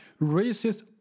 racist